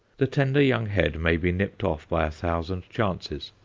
the tender young head may be nipped off by a thousand chances,